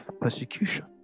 persecution